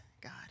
God